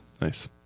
Nice